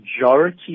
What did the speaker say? majority